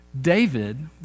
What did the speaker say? David